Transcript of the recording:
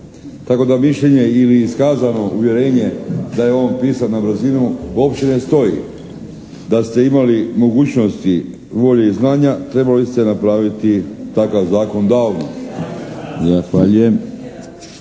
tako da mišljenje ili iskazano uvjerenje da je on pisan na brzinu uopće ne stoji. Da ste imali mogućnosti, volje i znanja trebali ste napraviti takav zakon davno.